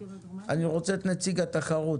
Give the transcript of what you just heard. אני רוצה את נציג התחרות.